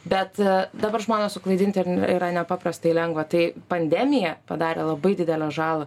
bet dabar žmonės suklaidinti ir yra nepaprastai lengva tai pandemija padarė labai didelę žalą